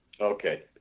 Okay